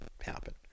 happen